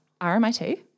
RMIT